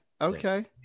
okay